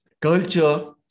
culture